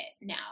now